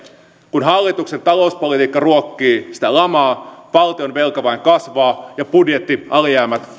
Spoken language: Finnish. kun hallituksen talouspolitiikka ruokkii sitä lamaa valtionvelka vain kasvaa ja budjettialijäämät